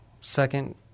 second